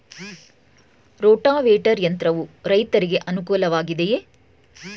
Rotavator ಯಂತ್ರವು ರೈತರಿಗೆ ಅನುಕೂಲ ವಾಗಿದೆಯೇ?